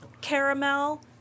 caramel